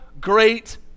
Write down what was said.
great